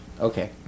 Okay